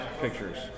pictures